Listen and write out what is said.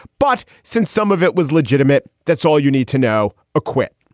but since some of it was legitimate, that's all you need to know. acquit.